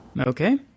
Okay